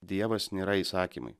dievas nėra įsakymai